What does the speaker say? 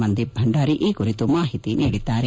ಮನ್ದೀಪ್ ಭಂಡಾರಿ ಈ ಕುರಿತು ಮಾಹಿತಿ ನೀಡಿದ್ದಾರೆ